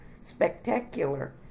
spectacular